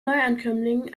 neuankömmlingen